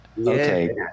Okay